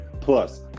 plus